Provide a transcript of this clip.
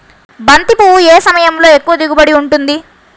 బంతి పువ్వు ఏ సమయంలో ఎక్కువ దిగుబడి ఉంటుంది?